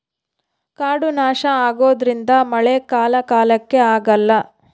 ಕಾಡು ನಾಶ ಆಗೋದ್ರಿಂದ ಮಳೆ ಕಾಲ ಕಾಲಕ್ಕೆ ಆಗಲ್ಲ